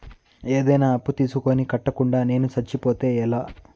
ఏదైనా అప్పు తీసుకొని కట్టకుండా నేను సచ్చిపోతే ఎలా